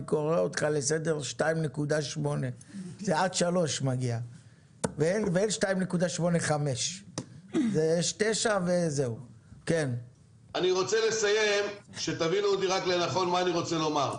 אני קורא אותך לסדר 2.8. זה מגיע עד 3. אני רוצה שתבינו נכון מה אני רוצה לומר.